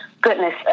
goodness